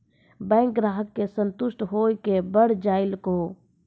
Bank ग्राहक के संतुष्ट होयिल के बढ़ जायल कहो?